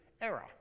era